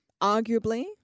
arguably